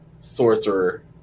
sorcerer